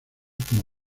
como